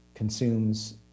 consumes